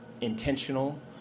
intentional